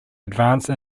advance